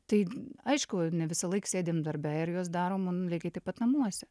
tai aišku ne visąlaik sėdim darbe ir juos darom mum lygiai taip pat namuose